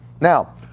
Now